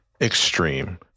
extreme